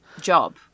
job